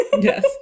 Yes